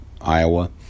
Iowa